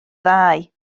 ddau